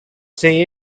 say